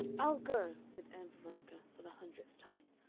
i'll go, said ann veronica for the hundredth time.